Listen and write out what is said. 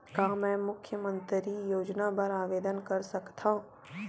का मैं मुख्यमंतरी योजना बर आवेदन कर सकथव?